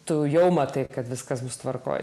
tu jau matai kad viskas bus tvarkoje